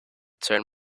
turn